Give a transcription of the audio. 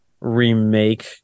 remake